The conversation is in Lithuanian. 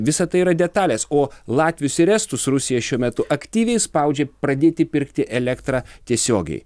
visa tai yra detalės o latvius ir estus rusija šiuo metu aktyviai spaudžia pradėti pirkti elektrą tiesiogiai